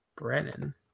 Brennan